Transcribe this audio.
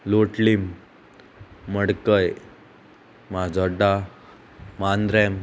लोटलीम मडकय माजोडा मांद्रेम